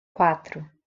quatro